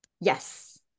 yes